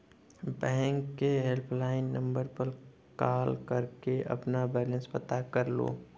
bank के helpline number पर call करके अपना बैलेंस पता कर लो